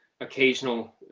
occasional